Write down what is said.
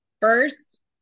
first